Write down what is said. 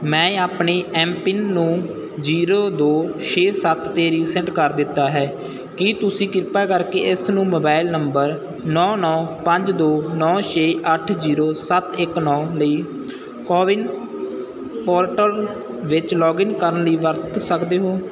ਮੈਂ ਆਪਣੇ M PIN ਨੂੰ ਜ਼ੀਰੋੋ ਦੋ ਛੇ ਸੱਤ 'ਤੇ ਰੀਸੈਟ ਕਰ ਦਿੱਤਾ ਹੈ ਕੀ ਤੁਸੀਂ ਕਿਰਪਾ ਕਰਕੇ ਇਸ ਨੂੰ ਮੋਬਾਈਲ ਨੰਬਰ ਨੌਂ ਨੌਂ ਪੰਜ ਦੋ ਨੌਂ ਛੇ ਅੱਠ ਜ਼ੀਰੋ ਸੱਤ ਇੱਕ ਨੌਂ ਲਈ ਕੋਵਿਨ ਪੋਰਟਲ ਵਿੱਚ ਲੌਗਇਨ ਕਰਨ ਲਈ ਵਰਤ ਸਕਦੇ ਹੋ